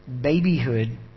babyhood